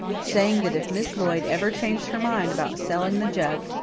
saying that if miss lloyd ever changed her mind about selling the jug,